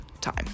time